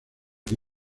que